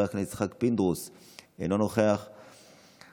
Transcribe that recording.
נוכח ומוותר,